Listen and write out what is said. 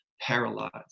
paralyzed